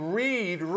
read